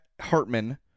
Hartman